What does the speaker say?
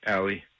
Allie